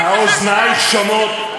האוזניים שומעות,